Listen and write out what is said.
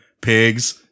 pigs